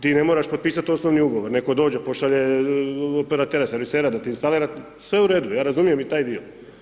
Ti ne moraš potpisati osnovni ugovor, netko dođe, pošalje operatera, servisera, da ti instalira, sve u redu, ja razumijem i taj dio.